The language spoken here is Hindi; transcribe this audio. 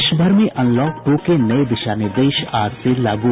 देश भर में अनलॉक टू के नये दिशा निर्देश आज से लागू